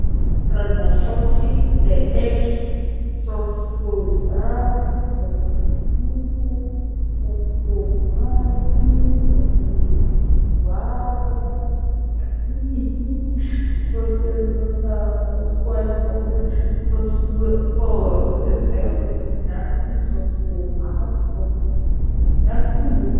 Karazagna sôsy le eko: sôsy soja, sôsy huître, sôsy tômaty, sôsy-y-y poivra, sôsy carry, sôsy sôsina sôsy poisson zegny, sôsy sinoa fogna matetika tegna ampesen'ny gasy sôsy tômaty fogna miaro tongolo.